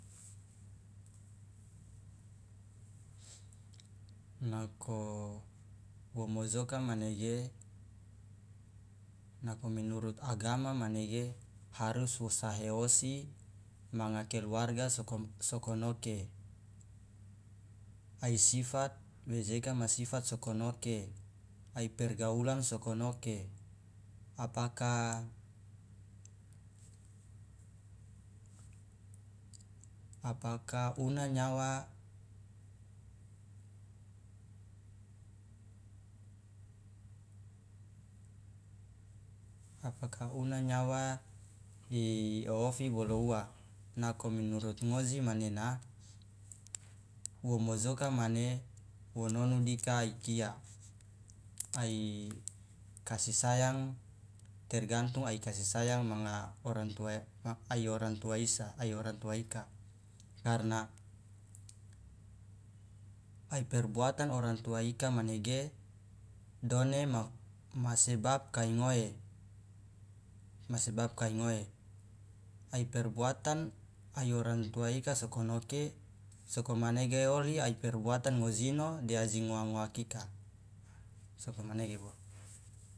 Nako womojoka manege nako menurut agama manege harus wo sahe osi manga keluarga soko sokonoke ai sifat wejeka ma sifat sokonoke ai pergaulan sokonoke apaka apaka una nyawa apaka una nyawa iofi bolo uwa nako menurut ngoji manena womojoka mane wo nonu dika ai kia ai kasi sayang tergantung ai kasi sayang manga orantua ai orang tua isa ai orang tua ika karna ai perbuatan orang tua ika done ma sebab kai ngoe ma sebab kai ngoe ai perbuatan ai orang tua ika sokonoke sokomanege oli ai perbuatan ngojino de aji ngoa ngoakika sokomanege.